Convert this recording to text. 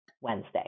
Wednesday